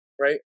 right